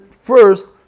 first